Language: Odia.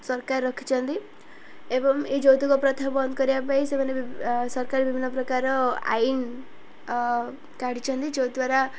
ସରକାର ରଖିଛନ୍ତି ଏବଂ ଏ ଯୌତକ ପ୍ରଥା ବନ୍ଦ କରିବା ପାଇଁ ସେମାନେ ସରକାର ବିଭିନ୍ନ ପ୍ରକାର ଆଇନ କାଢ଼ିଛନ୍ତି ଯଦ୍ୱାରା